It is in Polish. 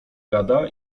gada